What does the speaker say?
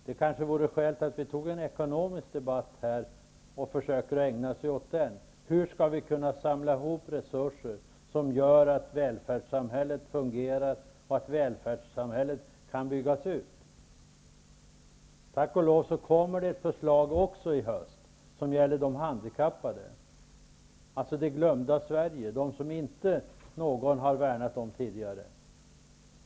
Det kanske finns skäl att ta en ekonomisk debatt och försöka ägna den åt hur vi skall kunna samla ihop resurser som gör att välfärdssamhället fungerar och kan byggas ut. Tack och lov kommer ett förslag i höst som gäller de handikappade, det glömda Sverige, de som inte någon värnat om tidigare.